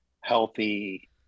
healthy